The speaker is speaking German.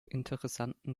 interessanten